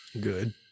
Good